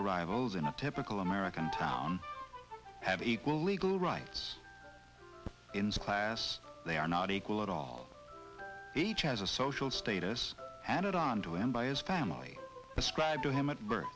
arrivals in a typical american town have equal legal rights in splats they are not equal at all each has a social status added onto him by his family ascribed to him at birth